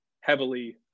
heavily